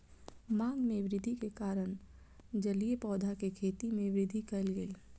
मांग में वृद्धि के कारण जलीय पौधा के खेती में वृद्धि कयल गेल